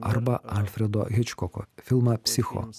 arba alfredo hičkoko filmą psicho